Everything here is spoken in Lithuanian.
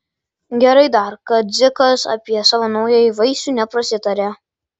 gerai dar kad dzikas apie savo naująjį vaisių neprasitarė